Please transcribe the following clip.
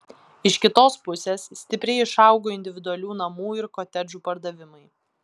iš kitos pusės stipriai išaugo individualių namų ir kotedžų pardavimai